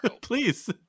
Please